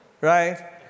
right